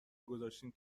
گذاشتین